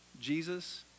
Jesus